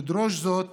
ולדרוש זאת